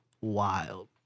Wild